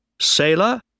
Sailor